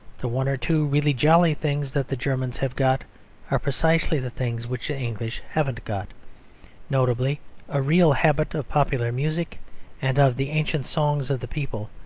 the one or two really jolly things that the germans have got are precisely the things which the english haven't got notably a real habit of popular music and of the ancient songs of the people,